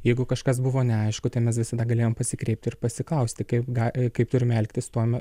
jeigu kažkas buvo neaišku tai mes visada galėjom pasikreipti ir pasiklausti kaip ga kaip turim elgtis tuome